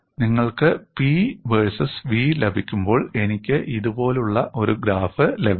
നിങ്ങൾക്ക് 'P versus V' ലഭിക്കുമ്പോൾ എനിക്ക് ഇതുപോലുള്ള ഒരു ഗ്രാഫ് ലഭിക്കും